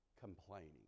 complaining